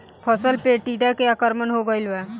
फसल पे टीडा के आक्रमण हो गइल बा?